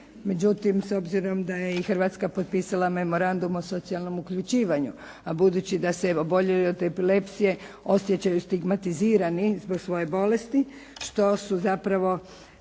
Međutim, s obzirom da je i Hrvatska potpisala memorandum o socijalnom uključivanju, a budući da se oboljeli od epilepsije osjećaju stigmatizirani zbog svoje bolesti, što su zapravo